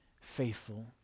faithful